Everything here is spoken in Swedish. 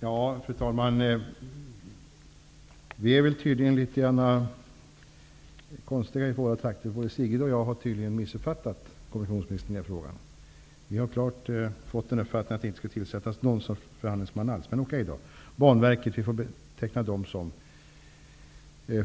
Fru talman! Vi från Mellannorrland är nog litet konstiga. Både Sigrid Bolkéus och jag har tydligen missuppfattat kommunikationsministern i den här frågan. Vi har klart fått uppfattningen att någon förhandlingsman över huvud taget inte skall tillsättas. Men okej, Banverket får betecknas som